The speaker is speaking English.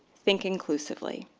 think inclusively.